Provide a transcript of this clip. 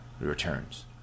returns